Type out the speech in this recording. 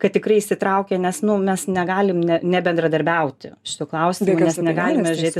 kad tikrai įsitraukia nes nu mes negalim ne nebendradarbiauti šituo klausimu mes negalime žiūrėti